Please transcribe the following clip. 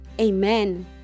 Amen